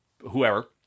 whoever